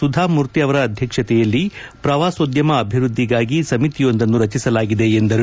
ಸುಧಾಮೂರ್ತಿ ಅವರ ಅಧ್ಯಕ್ಷತೆಯಲ್ಲಿ ಪ್ರವಾಸೋದ್ಯಮ ಅಭಿವೃದ್ಧಿಗಾಗಿ ಸಮಿತಿಯೊಂದನ್ನು ರಚಿಸಲಾಗಿದೆ ಎಂದರು